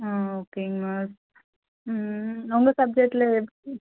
ஆ ஓகேங்க மிஸ் ம் உங்கள் சப்ஜக்ட்டில் எப்படி